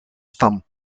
stam